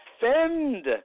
defend